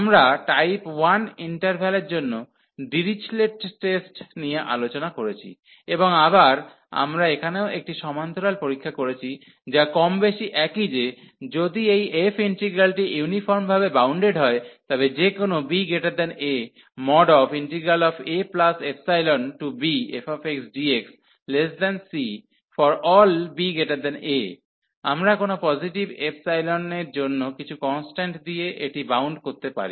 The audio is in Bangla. আমরা টাইপ 1 ইন্টারভ্যালের জন্য ডিরিচলেট টেস্ট Dirichlet's test নিয়ে আলোচনা করেছি এবং আবার আমরা এখানেও একটি সমান্তরাল পরীক্ষা করেছি যা কমবেশি একই যে যদি এই f ইন্টিগ্রালটি ইউনিফর্মভাবে বাউন্ডেড হয় তবে যে কোনও b a abfxdxC∀ba আমরা কোনও পজিটিভ এপসাইলনের জন্য কিছু কন্সট্যান্ট দিয়ে এটি বাউন্ড করতে পারি